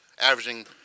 averaging